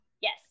yes